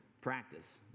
Practice